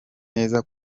neza